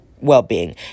well-being